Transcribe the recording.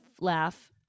laugh